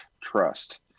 trust